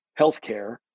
healthcare